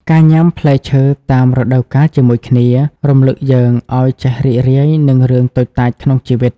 ការញ៉ាំផ្លែឈើតាមរដូវកាលជាមួយគ្នា រំលឹកយើងឱ្យចេះរីករាយនឹងរឿងតូចតាចក្នុងជីវិត។